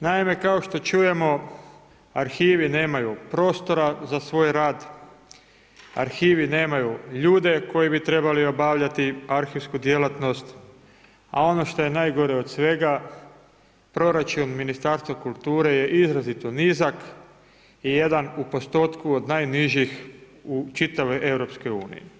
Naime, kao što čujemo, arhivi nemaju prostora za svoj rad, arhivi nemaju ljude koji bi trebali obavljati arhivsku djelatnost, a ono što je najgore od svega, proračun Ministarstva kulture je izrazito nizak i jedan u postotku od najnižih u čitavoj EU.